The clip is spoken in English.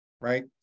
right